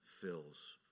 fills